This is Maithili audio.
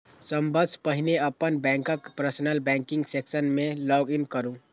सबसं पहिने अपन बैंकक पर्सनल बैंकिंग सेक्शन मे लॉग इन करू